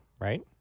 right